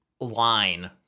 line